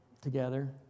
together